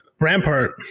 Rampart